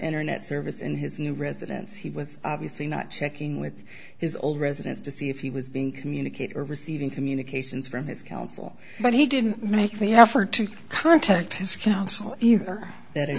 internet service in his new residence he was obviously not checking with his old residence to see if he was being communicated or receiving communications from his counsel but he didn't make the effort to contact his counsel either